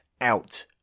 out